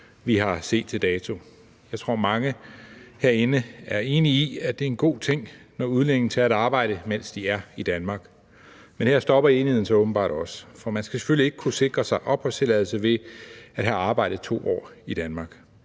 vi har set til dato. Jeg tror, at mange herinde er enige i, at det er en god ting, når udlændinge tager et arbejde, mens de er i Danmark. Men her stopper enigheden så åbenbart også, for man skal selvfølgelig ikke kunne sikre sig opholdstilladelse ved at have arbejdet 2 år i Danmark.